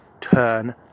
turn